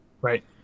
right